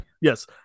Yes